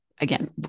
again